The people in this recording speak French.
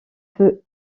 peut